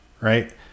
right